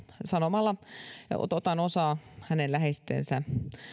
sanomalla että otan osaa hänen läheisillensä